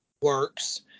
works